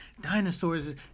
dinosaurs